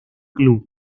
club